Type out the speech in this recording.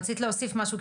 רצית להוסיף משהו,